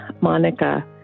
Monica